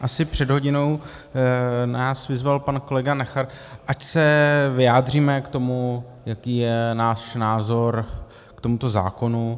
Asi před hodinou nás vyzval pan kolega Nacher, ať se vyjádříme k tomu, jaký je náš názor k tomuto zákonu.